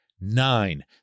nine